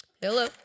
Hello